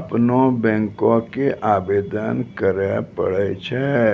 अपनो बैंको के आवेदन करे पड़ै छै